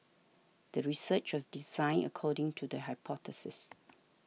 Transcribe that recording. the research was designed according to the hypothesis